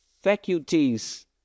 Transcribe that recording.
faculties